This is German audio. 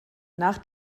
nach